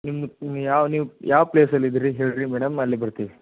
ನಿಮ್ಮದು ನೀವು ಯಾವ ನೀವು ಯಾವ ಪ್ಲೇಸಲ್ಲಿ ಇದ್ದೀರಿ ಹೇಳಿ ರೀ ಮೇಡಮ್ ಅಲ್ಲಿಗೆ ಬರ್ತೀವಿ